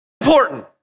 important